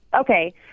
Okay